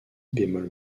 bémol